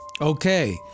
Okay